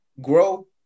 grow